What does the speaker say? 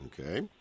okay